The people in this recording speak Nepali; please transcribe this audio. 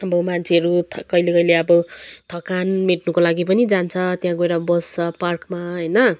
अब मान्छेहरू थक कहिले कहिले अब थकान मेट्नुको लागि पनि जान्छ त्यहाँ गएर बस्छ पार्कमा होइन